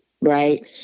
right